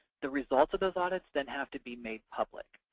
the results of those audits then have to be made public.